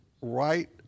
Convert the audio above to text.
right